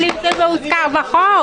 האם זה מוזכר בחוק?